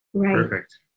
perfect